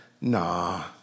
Nah